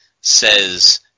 says